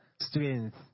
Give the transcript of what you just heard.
strength